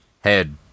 head